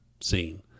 seen